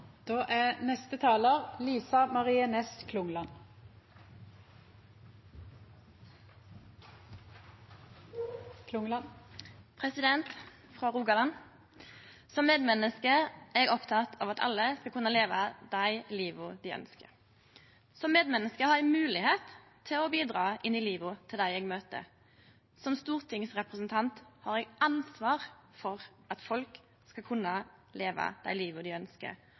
Frå Rogaland. Som medmenneske er eg oppteken av at alle skal kunne leve det livet dei ønskjer. Som medmenneske har eg moglegheit til å bidra i livet til dei eg møter. Som stortingsrepresentant har eg ansvar for at folk skal kunne leve det livet dei